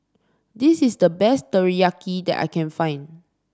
this is the best teriyaki that I can find